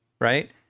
right